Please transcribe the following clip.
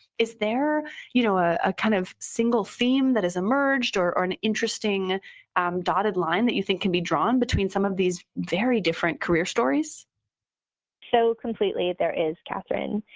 is there you know ah a kind of single theme that has emerged or an interesting dotted line that you think can be drawn between some of these very different career stories? jessi so completely, there is, kathryn.